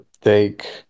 take